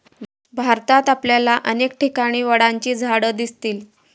भारतात आपल्याला अनेक ठिकाणी वडाची झाडं दिसतील